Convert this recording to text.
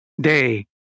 day